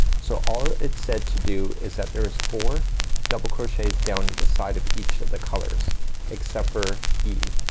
so all it said to do is that there is four double crochets down the side of each of the colors except for e.